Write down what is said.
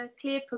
clear